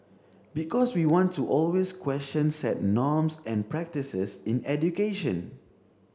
because we want to always question set norms and practices in education